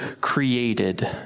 created